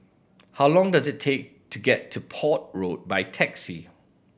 how long does it take to get to Port Road by taxi